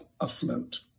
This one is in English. afloat